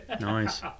Nice